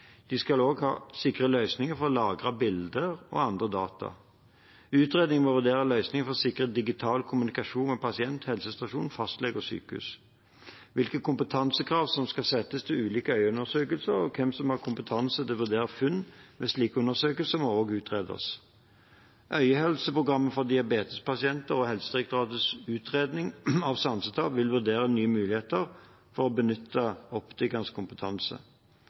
De skal også ha sikre løsninger for å lagre bilder og andre data. Utredningen må vurdere løsninger for sikker digital kommunikasjon med pasienter, helsestasjon, fastleger og sykehus. Hvilke kompetansekrav som skal settes til ulike øyeundersøkelser, og hvem som har kompetanse til å vurdere funn ved slike undersøkelser, må også utredes. Øyehelseprogrammet for diabetespasienter og Helsedirektoratets utredning av sansetap vil vurdere nye muligheter for å benytte optikernes kompetanse.